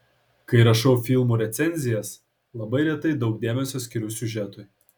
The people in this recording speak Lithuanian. kai rašau filmų recenzijas labai retai daug dėmesio skiriu siužetui